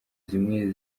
zimwe